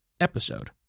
episode